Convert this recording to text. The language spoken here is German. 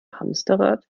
hamsterrad